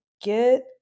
get